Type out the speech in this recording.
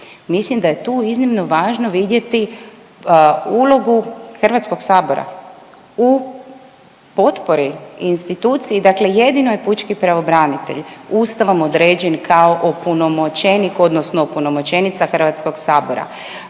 Mislim da je tu iznimno važno vidjeti ulogu HS-a u potpori instituciji dakle jedino pučki pravobranitelj Ustavom određen kao opunomoćenik odnosno opunomoćenica HS-a izrijekom